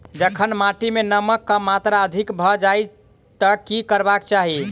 जखन माटि मे नमक कऽ मात्रा अधिक भऽ जाय तऽ की करबाक चाहि?